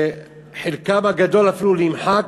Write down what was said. שחלקם הגדול אפילו נמחק,